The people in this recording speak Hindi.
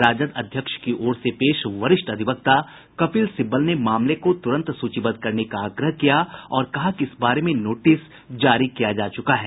राजद अध्यक्ष की ओर से पेश वरिष्ठ अधिवक्ता कपिल सिब्बल ने मामले को तुरंत सूचीबद्ध करने का आग्रह किया और कहा कि इस बारे में नोटिस जारी किया जा चुका है